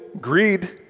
greed